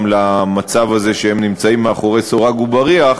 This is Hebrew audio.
למצב הזה שהם נמצאים מאחורי סורג ובריח.